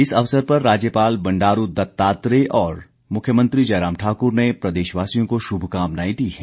इस अवसर पर राज्यपाल बंडारू दत्तात्रेय और मुख्यमंत्री जयराम ठाकुर ने प्रदेशवासियों को शुभकामनाएं दी है